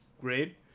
Great